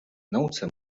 nauce